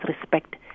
respect